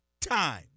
time